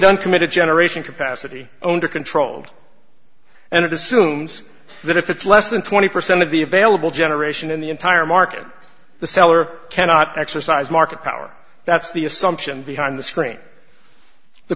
uncommitted generation capacity owned or controlled and it assumes that if it's less than twenty percent of the available generation in the entire market the seller cannot exercise market power that's the assumption behind the screen the